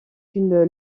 une